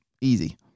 Easy